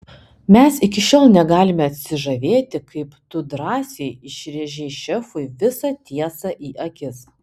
mes iki šiol negalime atsižavėti kaip tu drąsiai išrėžei šefui visą tiesą į akis